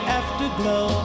afterglow